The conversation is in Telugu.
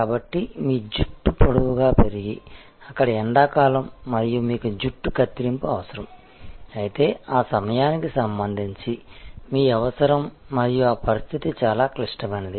కాబట్టి మీ జుట్టు పొడవుగా పెరిగి అక్కడ ఎండాకాలం మరియు మీకు జుట్టు కత్తిరింపు అవసరం అయితే ఆ సమయానికి సంబంధించి మీ అవసరం మరియు ఆ పరిస్థితి చాలా క్లిష్టమైనది